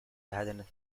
had